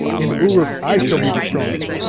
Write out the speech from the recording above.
in uruk, i shall be the strongest,